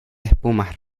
espumas